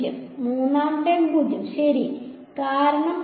0 മൂന്നാം ടേം 0 ശരി കാരണം